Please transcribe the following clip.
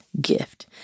gift